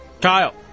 Kyle